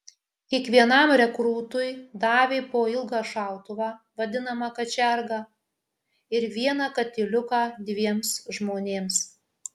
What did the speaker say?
kiekvienam rekrūtui davė po ilgą šautuvą vadinamą kačergą ir vieną katiliuką dviems žmonėms